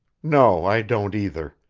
no, i don't either.